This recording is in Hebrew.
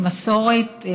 כמסורת,